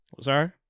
sorry